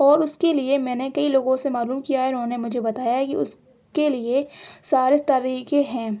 اور اس کے لیے میں نے کئی لوگوں سے معلوم کیا ہے انہوں نے مجھے بتایا ہے کہ اس کے لیے سارے طریقے ہیں